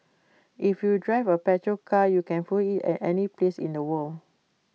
if you drive A petrol car you can fuel IT at any place in the world